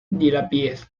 gillespie